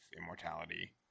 immortality